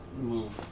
move